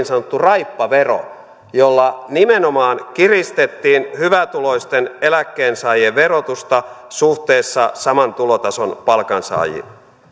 sanottu raippavero jolla nimenomaan kiristettiin hyvätuloisten eläkkeensaajien verotusta suhteessa saman tulotason palkansaajiin